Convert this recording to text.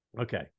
Okay